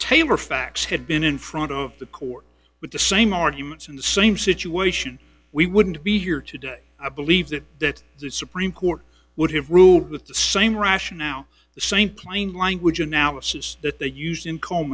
taylor facts had been in front of the court with the same arguments in the same situation we wouldn't be here today i believe that that the supreme court would have ruled with the same rationale the same plain language analysis that they used in co